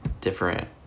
different